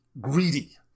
greedy